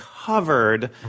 covered